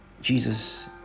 Jesus